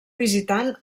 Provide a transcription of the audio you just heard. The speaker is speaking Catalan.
visitant